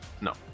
No